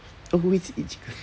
always eat chicken